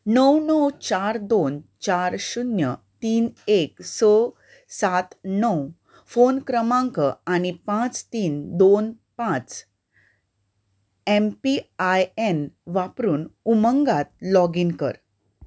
णव णव चार दोन चार शुन्य तीन एक स सात णव फोन क्रमांक आनी पांच तीन दोन पांच एम पी आय एन वापरून उमंगात लॉगीन कर